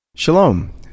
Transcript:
Shalom